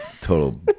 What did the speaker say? total